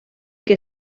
que